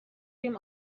ریم